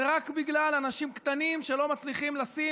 וזה רק בגלל אנשים קטנים שלא מצליחים לשים